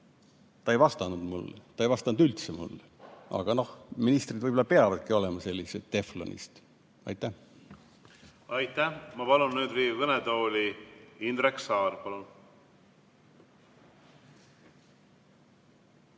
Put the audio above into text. ta ei vastanud mulle. Ta ei vastanud mulle üldse. Aga noh, ministrid võib-olla peavadki olema sellised teflonist. Aitäh! Ma palun nüüd Riigikogu kõnetooli Indrek Saare.